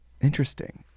Interesting